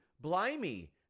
blimey